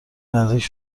نزدیک